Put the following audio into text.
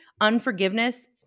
Unforgiveness